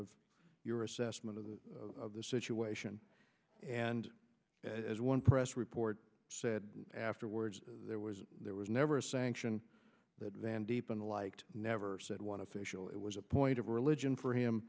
of your assessment of the situation and as one press report said afterwards there was there was never a sanction that van deep in the liked never said one official it was a point of religion for him